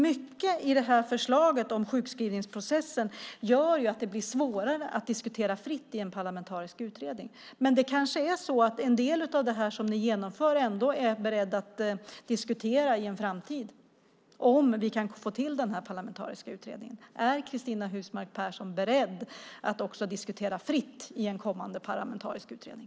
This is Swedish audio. Mycket i förslaget om sjukskrivningsprocessen gör att det blir svårare att diskutera fritt i en parlamentarisk utredning. Det kanske är så att ni ändå är beredda att i en framtid diskutera en del av det som ni genomför om vi kan få till den parlamentariska utredningen. Är Cristina Husmark Pehrsson beredd att också diskutera fritt i en kommande parlamentarisk utredning?